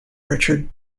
richard